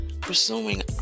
pursuing